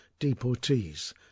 deportees